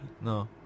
no